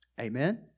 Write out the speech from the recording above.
Amen